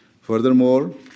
Furthermore